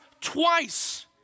twice